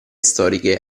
storiche